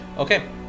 Okay